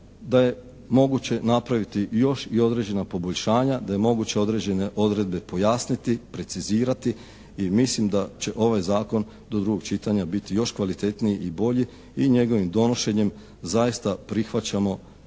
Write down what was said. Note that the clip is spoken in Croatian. da je moguće napraviti još i određena poboljšanja, da je moguće određene odredbe pojasniti, precizirati i mislim da će ovaj Zakon do drugog čitanja biti još kvalitetniji i bolji i njegovim donošenjem zaista prihvaćamo